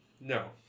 no